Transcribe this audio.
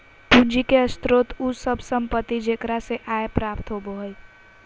पूंजी के स्रोत उ सब संपत्ति जेकरा से आय प्राप्त होबो हइ